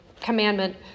commandment